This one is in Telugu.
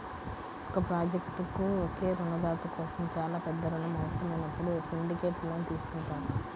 ఒక ప్రాజెక్ట్కు ఒకే రుణదాత కోసం చాలా పెద్ద రుణం అవసరమైనప్పుడు సిండికేట్ లోన్ తీసుకుంటారు